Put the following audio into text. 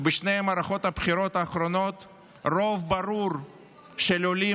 ובשתי מערכות הבחירות האחרונות רוב ברור של עולים